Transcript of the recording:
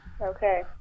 okay